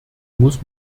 muss